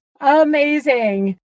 Amazing